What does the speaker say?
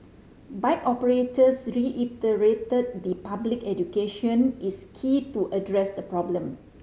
bike operators reiterated the public education is key to address the problem